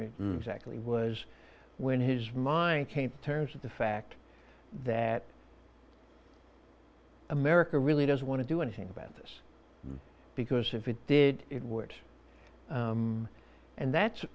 me exactly was when his mind came to terms with the fact that america really doesn't want to do anything about this because if it did it would and that's